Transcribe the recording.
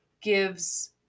gives